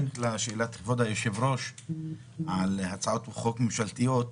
היושב-ראש שאל על הצעות חוק ממשלתית.